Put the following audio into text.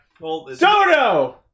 Dodo